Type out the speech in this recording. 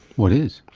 what is?